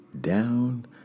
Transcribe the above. down